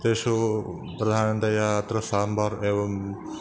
तेषु प्रधानतया अत्र साम्बार् एवं